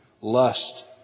lust